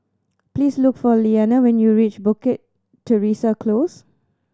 please look for Liana when you reach Bukit Teresa Close